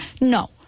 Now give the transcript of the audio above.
no